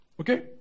Okay